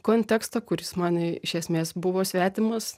kontekstą kuris man iš esmės buvo svetimas